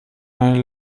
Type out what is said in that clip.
einer